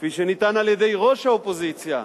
כפי שנטען על-ידי ראש האופוזיציה,